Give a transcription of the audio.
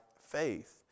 faith